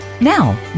Now